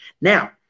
Now